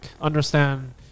understand